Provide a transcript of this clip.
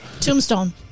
Tombstone